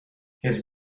his